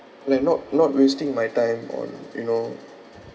like not not wasting my time on you know